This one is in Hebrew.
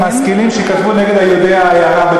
מהמשכילים שכתבו נגד יהודי העיירה,